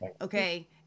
Okay